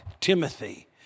Timothy